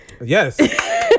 Yes